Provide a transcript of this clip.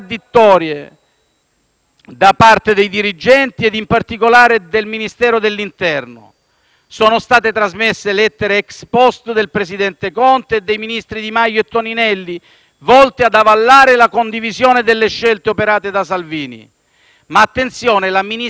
Intendo semplicemente ribadire che l'assenza di un'intuitiva evidenza nei termini indicati non può consentire l'attivazione di una guarentigia insopportabile, perché espressiva solo di una tutela politica dell'attuale